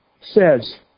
says